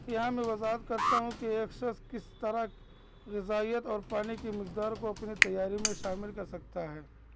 یہاں میں وضاحت کرتا ہوں کہ ایک شخص کس طرح غذائیت اور پانی کی مقدار کو اپنی تیاری میں شامل کر سکتا ہے